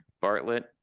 Bartlett